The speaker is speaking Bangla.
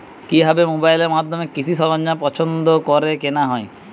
কিভাবে মোবাইলের মাধ্যমে কৃষি সরঞ্জাম পছন্দ করে কেনা হয়?